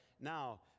Now